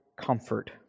comfort